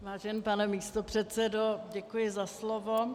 Vážený pane místopředsedo, děkuji za slovo.